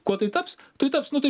kuo tai taps tai taps nu tai